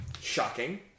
shocking